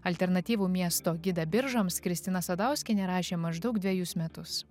alternatyvų miesto gidą biržams kristina sadauskienė rašė maždaug dvejus metus